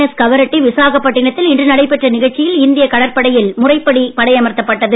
S Kavaratti விசாகப்பட்டினத்தில் இன்று நடைபெற்ற நிகழ்ச்சியில் இந்திய கடற்படையில் முறைப்படி படையமர்த்தப்பட்டது